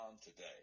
today